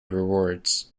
rewards